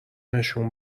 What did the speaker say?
نشون